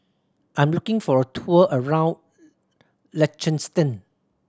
I am looking for a tour around Liechtenstein